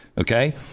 Okay